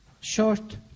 Short